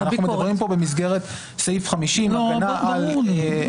אנחנו מדברים פה במסגרת סעיף 50 -- ברור לי.